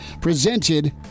presented